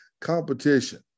competition